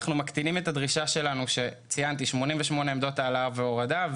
אנחנו מקטינים את הדרישה שלנו: 88 עמדות העלאה והורדה,